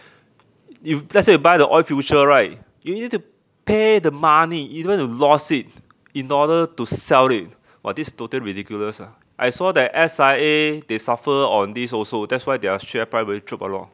if let's say you buy the oil future right you need to pay the money even you lost it in order to sell it !wah! this is total ridiculous lah I saw that S_I_A they suffer on this also that's why their share price really drop a lot orh